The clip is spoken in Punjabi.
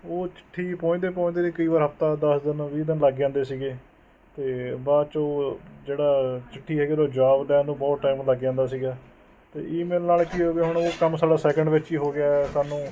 ਉਹ ਚਿੱਠੀ ਪਹੁੰਚਦੇ ਪਹੁੰਚਦੇ ਨੇ ਕਈ ਵਾਰ ਹਫਤਾ ਦਸ ਦਿਨ ਵੀਹ ਦਿਨ ਲੱਗ ਜਾਂਦੇ ਸੀਗੇ ਅਤੇ ਬਾਅਦ 'ਚੋਂ ਜਿਹੜਾ ਚਿੱਠੀ ਹੈਗੀ ਉਹਦਾ ਜਵਾਬ ਲੈਣ ਨੂੰ ਬਹੁਤ ਟਾਈਮ ਲੱਗ ਜਾਂਦਾ ਸੀਗਾ ਅਤੇ ਈ ਮੇਲ ਨਾਲ ਕੀ ਹੋ ਗਿਆ ਹੁਣ ਉਹ ਕੰਮ ਸਾਡਾ ਸੈਕਿੰਡ ਵਿੱਚ ਹੀ ਹੋ ਗਿਆ ਸਾਨੂੰ